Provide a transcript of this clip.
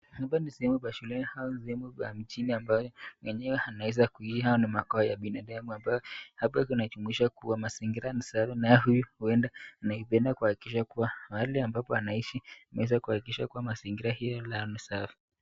Hapa ni sehemu pa shuleni ama ni sehemu pa mjini ambapo mwenyewe anaweza kuilia na makao ya binasfi ambayo naye huyu anaipeana kuhakikisha kwamba mahali ambapo anaishi ameweza kuhakakikisha mazingira ni safi.